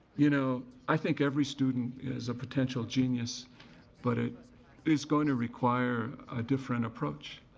you know, i think every student is a potential genius but it is gonna require a different approach.